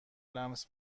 لمس